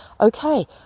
okay